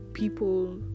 People